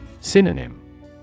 Synonym